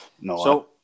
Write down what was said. No